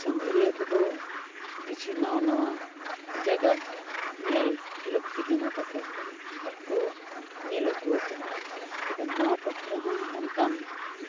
ᱥᱟᱸᱜᱷᱟᱨᱤᱭᱟᱹ ᱠᱚᱫᱚ ᱠᱤᱪᱷᱩ ᱱᱟᱣᱟ ᱱᱟᱣᱟ ᱡᱟᱭᱜᱟ ᱧᱮᱞ ᱞᱟᱹᱠᱛᱤ ᱠᱟᱱᱟ ᱛᱟᱠᱚ ᱟᱨ ᱠᱚ ᱧᱮᱞ ᱟᱹᱜᱩ ᱟᱠᱟᱫᱼᱟ ᱛᱚᱵᱮ ᱱᱚᱣᱟ ᱴᱚᱴᱷᱟ ᱨᱮᱦᱚᱸ ᱚᱱᱠᱟᱱ